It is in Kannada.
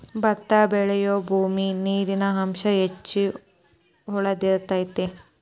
ಬತ್ತಾ ಬೆಳಿಯುಬೂಮಿ ನೇರಿನ ಅಂಶಾ ಹೆಚ್ಚ ಹೊಳದಿರತೆತಿ